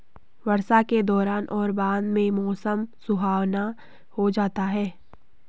वर्षा के दौरान और बाद में मौसम सुहावना हो जाता है